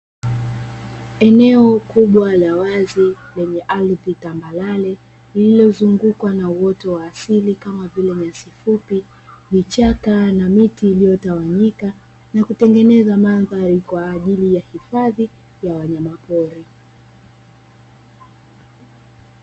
Eneo kubwa la wazi lenye ardhi tambarare lililozungukwa na uoto wa asili kama vile nyasi fupi, vichaka, na miti iliyotawanyika na kutengeneza mandhari kwa ajili ya hifadhi ya wanyama pori.